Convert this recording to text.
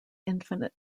infinite